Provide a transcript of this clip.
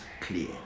clear